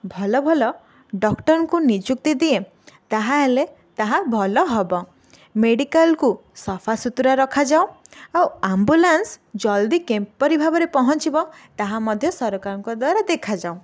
ଭଲ ଭଲ ଡକ୍ଟରଙ୍କୁ ନିଯୁକ୍ତି ଦିଏ ତାହା ହେଲେ ତାହା ଭଲ ହେବ ମେଡ଼ିକାଲକୁ ସଫା ସୁତୁରା ରଖାଯାଉ ଆଉ ଆମ୍ବୁଲାନ୍ସ ଜଲ୍ଦି କିପରି ଭାବରେ ପହଞ୍ଚିବ ତାହା ମଧ୍ୟ ସରକାରଙ୍କ ଦ୍ୱାରା ଦେଖାଯାଉ